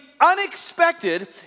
unexpected